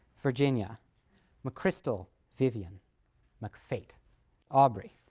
virginia mccrystal, vivian mcfate aubrey.